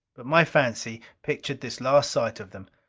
but my fancy pictured this last sight of them,